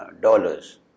dollars